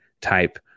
type